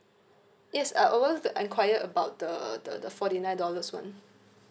yes I want to enquire about the the the forty nine dollars one